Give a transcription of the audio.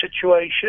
situation